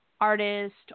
artist